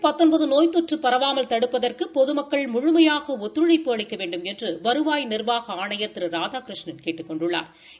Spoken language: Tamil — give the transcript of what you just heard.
இந்த நோய்த்தொற்று பரவாமல் தடுப்பதற்கு பொதுமக்கள் முழுமையாக ஒத்துழைப்பு அளிக்க வேண்டுமென்று வருவாய் நிர்வாக ஆணையா் திரு ராதாகிருஷ்ணன் கேட்டுக் கொண்டுள்ளாா்